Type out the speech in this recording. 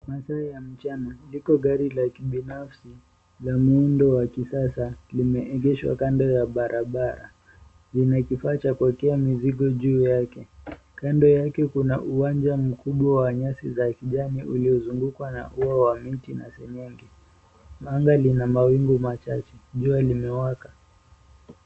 Masaa ya mchana, liko gari la kibinafsi la muundo wa kisasa limeegeshwa kando ya barabara. Lina kifaa cha kuwekea mizigo juu yake. Kando yake kuna uwanja mkubwa wa nyasi za kijani uliozungukwa na uo wa miti na seng'eng'e. Anga lina mawingu machache. Jua limewaka .